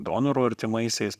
donorų artimaisiais